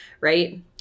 right